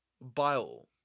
Bile